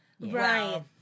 Right